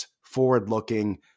forward-looking